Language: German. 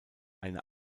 eine